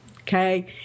Okay